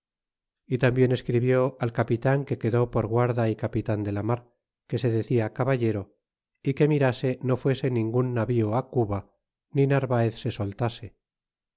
y tambien escribió al capitan que quedó por guarda y capitan de la mar que se decia caballero y que mirase no fuese ningun navío cuba ni narvaez se soltase